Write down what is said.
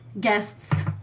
guests